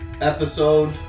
episode